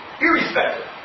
irrespective